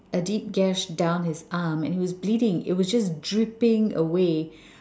a deep gash down his arm and it was bleeding it was just dripping away